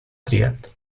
triat